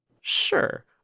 Sure